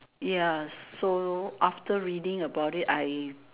ya so after reading about it I